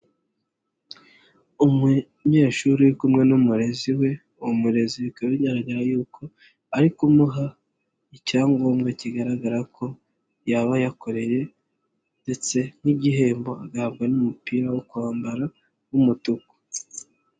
Umunyeshuri uri kumwe n'umurezi we uwo murezi bikaba bigaragara yuko ari kumuha icyangombwa kigaragara ko yaba yakoreye ndetse nk'igihembo agahabwa n'umupira wo kwambara w'umutuku.